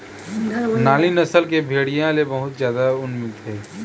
नाली नसल के भेड़िया ले बहुत जादा ऊन मिलथे